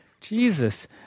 Jesus